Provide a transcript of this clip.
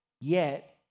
Yet